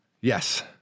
Yes